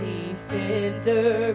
Defender